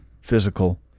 physical